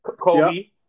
Kobe